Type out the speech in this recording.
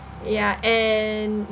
ya and